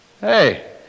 Hey